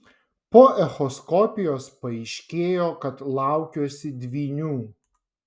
po echoskopijos paaiškėjo kad laukiuosi dvynių